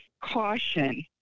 caution